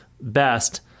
best